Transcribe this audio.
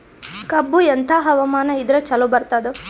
ಕಬ್ಬು ಎಂಥಾ ಹವಾಮಾನ ಇದರ ಚಲೋ ಬರತ್ತಾದ?